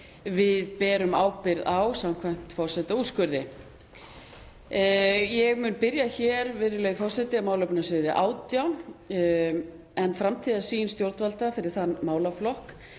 við berum ábyrgð á samkvæmt forsetaúrskurði. Ég mun byrja hér, virðulegi forseti, á málefnasviði 18. Framtíðarsýn stjórnvalda fyrir þann málaflokk,